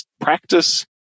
practice